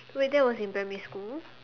wait that was in primary school